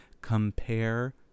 compare